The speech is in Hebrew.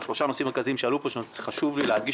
או שלושה נושאים מרכזיים שעלו פה שחשוב לי להדגיש